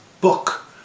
book